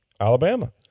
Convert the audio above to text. Alabama